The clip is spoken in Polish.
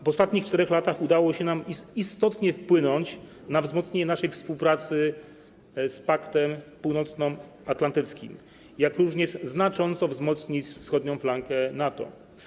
W ostatnich 4 latach udało się nam istotnie wpłynąć na wzmocnienie naszej współpracy z Paktem Północnoatlantyckim, jak również znacząco wzmocnić wschodnią flankę NATO.